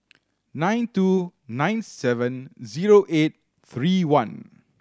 nine two nine seven zero eight three one